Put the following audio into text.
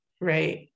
Right